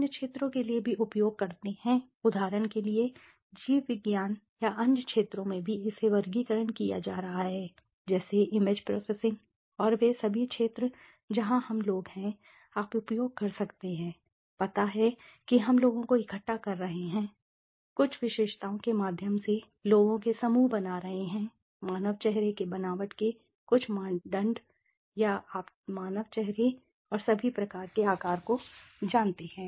अन्य क्षेत्रों के लिए भी उपयोग करते हैं उदाहरण के लिए जीव विज्ञान या अन्य क्षेत्रों में भी इसे वर्गीकरण किया जा रहा है जैसे इमेज प्रौसेसिंग और वे सभी क्षेत्र जहां हम लोग हैं आप उपयोग कर सकते हैं पता है कि हम लोगों को इकट्ठा कर रहे हैं कुछ विशेषताओं के माध्यम से लोगों के समूह बना रहे हैं मानव चेहरे के बनावट के कुछ मानदंड या आप मानव चेहरे और सभी के आकार को जानते हैं